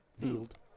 field